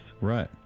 right